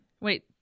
Wait